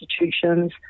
institutions